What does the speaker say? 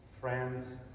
friends